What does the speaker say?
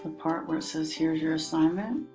part where it says, here's your assignment.